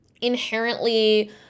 inherently